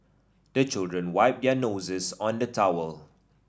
the children wipe their noses on the towel